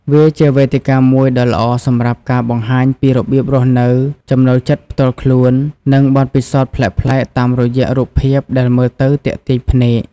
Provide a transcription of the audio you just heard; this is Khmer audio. វាជាវេទិកាមួយដ៏ល្អសម្រាប់ការបង្ហាញពីរបៀបរស់នៅ ចំណូលចិត្តផ្ទាល់ខ្លួន និងបទពិសោធន៍ប្លែកៗតាមរយៈរូបភាពដែលមើលទៅទាក់ទាញភ្នែក។